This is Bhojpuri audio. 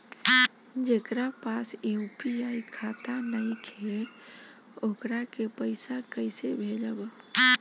जेकरा पास यू.पी.आई खाता नाईखे वोकरा के पईसा कईसे भेजब?